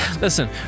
Listen